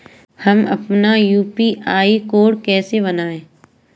हम अपना UPI code कैसे बनाएँ?